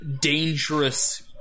dangerous